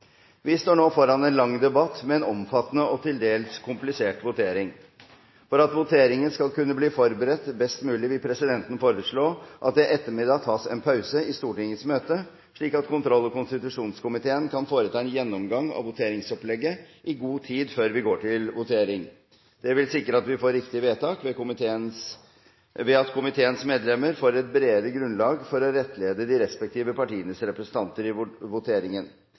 Vi står nå foran en lang debatt med en omfattende og til dels komplisert votering. For at voteringen skal kunne bli forberedt best mulig, vil presidenten foreslå at det i ettermiddag tas en pause i Stortingets møte, slik at kontroll- og konstitusjonskomiteen kan foreta en gjennomgang av voteringsopplegget i god tid før vi går til votering. Det vil sikre at vi får riktige vedtak, ved at komiteens medlemmer får et bedre grunnlag for å rettdede de respektive partienes representanter i voteringen.